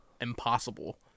impossible